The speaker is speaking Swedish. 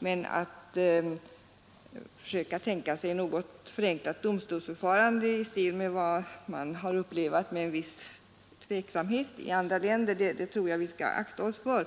Men att tänka sig ett något förenklat domstolsför farande i stil med vad man under vissa betänkligheter har upplevt i andra länder, det tror jag vi skall akta oss för.